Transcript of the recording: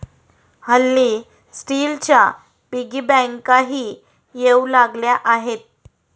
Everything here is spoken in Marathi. हल्ली स्टीलच्या पिगी बँकाही येऊ लागल्या आहेत